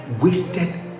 wasted